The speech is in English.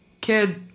Kid